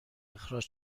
اخراج